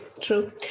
true